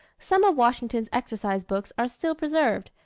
some of washington's exercise books are still preserved,